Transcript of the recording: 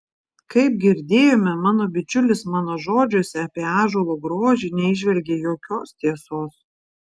kaip girdėjome mano bičiulis mano žodžiuose apie ąžuolo grožį neįžvelgė jokios tiesos